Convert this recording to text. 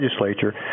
legislature